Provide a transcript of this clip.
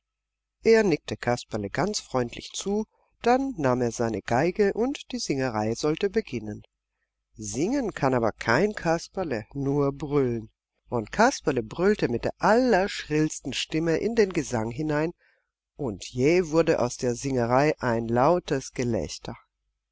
er nickte kasperle ganz freundlich zu dann nahm er seine geige und die singerei sollte beginnen singen kann aber kein kasperle nur brüllen und kasperle brüllte mit der allerschrillsten stimme in den gesang hinein und jäh wurde aus der singerei ein lautes gelächter